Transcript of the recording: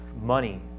Money